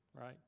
Right